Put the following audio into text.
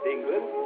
England